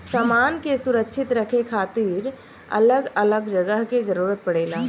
सामान के सुरक्षित रखे खातिर अलग अलग जगह के जरूरत पड़ेला